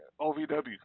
OVW